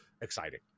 exciting